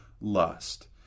lust